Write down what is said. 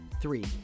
Three